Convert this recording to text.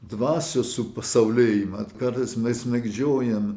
dvasios supasaulėjimą kartais mes medžiojam